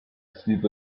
sleep